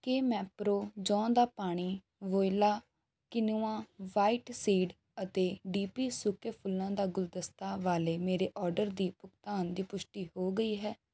ਕੀ ਮੈਪਰੋ ਜੌਂ ਦਾ ਪਾਣੀ ਵੋਇਲਾ ਕੁਇਨੋਆ ਵ੍ਹਾਇਟ ਸੀਡ ਅਤੇ ਡੀ ਪੀ ਸੁੱਕੇ ਫੁੱਲਾਂ ਦਾ ਗੁਲਦਸਤਾ ਵਾਲੇ ਮੇਰੇ ਆਰਡਰ ਦੀ ਭੁਗਤਾਨ ਦੀ ਪੁਸ਼ਟੀ ਹੋ ਗਈ ਹੈ